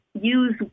use